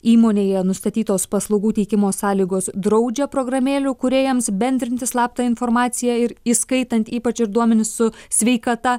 įmonėje nustatytos paslaugų teikimo sąlygos draudžia programėlių kūrėjams bendrinti slaptą informaciją ir įskaitant ypač ir duomenis su sveikata